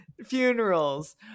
Funerals